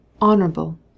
honorable